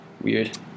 weird